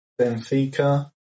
Benfica